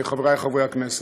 חברי חברי הכנסת,